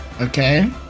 Okay